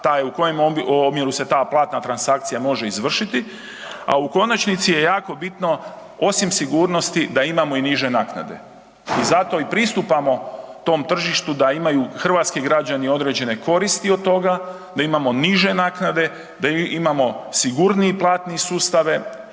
u kojem omjeru se ta platna transakcija može izvršiti, a u konačnici je jako bitno, osim sigurnosti, da imamo i niže naknade i zato i pristupamo tom tržištu da imaju hrvatski građani određene koristi od toga, da imamo niže naknade, da imamo sigurniji platni sustave,